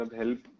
help